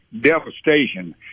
devastation